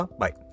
bye